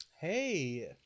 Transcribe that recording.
Hey